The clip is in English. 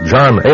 John